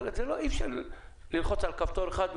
אבל אי אפשר ללחוץ על כפתור אחד,